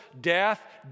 death